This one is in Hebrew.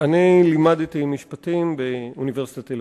אני לימדתי משפטים באוניברסיטת תל-אביב.